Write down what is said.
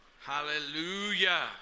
Hallelujah